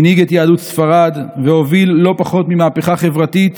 הוא הנהיג את יהדות ספרד והוביל לא פחות ממהפכה חברתית